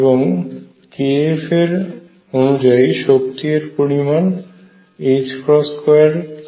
এবং kF এর অনুযায়ী শক্তি এর পরিমান 2kF22m